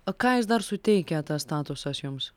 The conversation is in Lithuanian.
o ką jis dar suteikia tas statusas jums